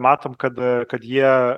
matom kad kad jie